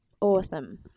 Awesome